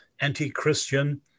anti-Christian